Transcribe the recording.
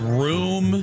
room